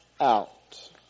out